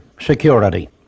security